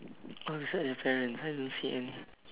oh beside the parents I don't see any